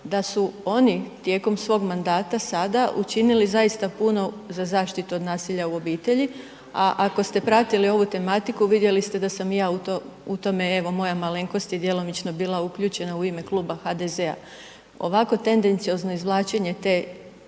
da su oni tijekom svog mandata sada učinili zaista puno za zaštitu od nasilja u obitelji, a ako ste pratili ovu tematiku vidjeli ste da sam i ja u tome, evo moja malenkost je djelomično bila uključena u ime Kluba HDZ-a, ovako tendenciozno izvlačenje te